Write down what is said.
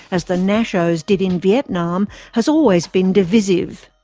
as the nashos did in vietnam, has always been divisive.